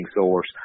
source